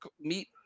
meet